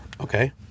Okay